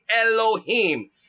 Elohim